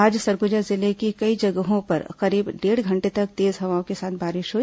आज सरगुजा जिले की कई जगहों पर करीब डेढ़ घंटे तक तेज हवाओ के साथ बारिश हुई